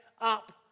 up